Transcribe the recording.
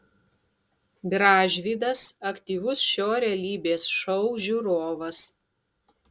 gražvydas aktyvus šio realybės šou žiūrovas